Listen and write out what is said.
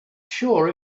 sure